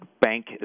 bank